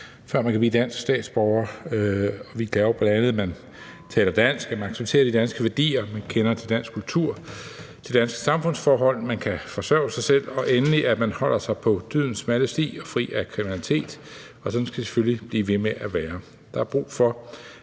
før man kan blive dansk statsborger. Vi kræver bl.a., at man taler dansk, at man accepterer de danske værdier, at man kender til dansk kultur og de danske samfundsforhold, at man kan forsørge sig selv og endelig, at man holder sig på dydens smalle sti og er fri af kriminalitet. Og sådan skal det selvfølgelig blive ved med at være. Der er brug for,